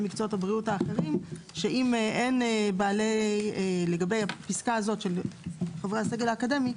מקצועות הבריאות האחרים לגבי הפסקה הזאת של חברי הסגל האקדמי,